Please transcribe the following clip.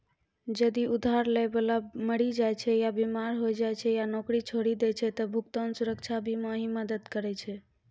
जदि उधार लै बाला मरि जाय छै या बीमार होय जाय छै या नौकरी छोड़ि दै छै त भुगतान सुरक्षा बीमा ही मदद करै छै